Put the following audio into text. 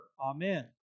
Amen